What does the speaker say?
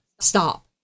stop